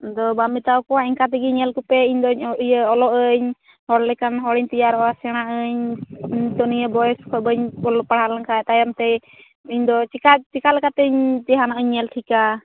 ᱟᱫᱚ ᱵᱟᱢ ᱢᱮᱛᱟᱣᱟᱠᱚᱣᱟ ᱤᱱᱠᱟ ᱛᱮᱜᱮ ᱧᱮᱞ ᱠᱚᱯᱮ ᱤᱧ ᱫᱚᱧ ᱤᱭᱟᱹ ᱚᱞᱚᱜ ᱟᱹᱧ ᱦᱚᱲ ᱞᱮᱠᱟᱱ ᱦᱚᱲᱮᱧ ᱛᱮᱭᱟᱨᱚᱜᱼᱟ ᱥᱮᱬᱟᱜ ᱟᱹᱧ ᱤᱧ ᱛᱚ ᱱᱤᱭᱟᱹ ᱵᱚᱭᱮᱥ ᱠᱷᱚᱱ ᱵᱟᱹᱧ ᱚᱞᱚᱜ ᱯᱟᱲᱦᱟᱣ ᱞᱮᱱᱠᱷᱟᱱ ᱛᱟᱭᱚᱢ ᱛᱮ ᱤᱧ ᱫᱚ ᱪᱮᱠᱟ ᱪᱮᱠᱟᱞᱮᱠᱟᱛᱤᱧ ᱡᱟᱦᱟᱱᱟᱜ ᱤᱧ ᱧᱮᱞ ᱴᱷᱤᱠᱟ